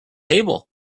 table